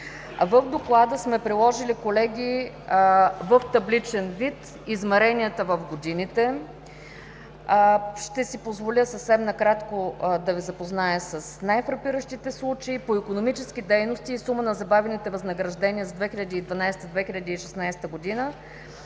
В Доклада сме приложили, колеги, в табличен вид измеренията в годините. Ще си позволя съвсем накратко да Ви запозная с най-фрапиращите случаи по: „Икономически дейности и сума на забавените възнаграждения за 2012 г.